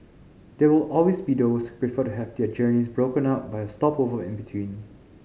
there will always be those prefer to have their journeys broken up by a stopover in between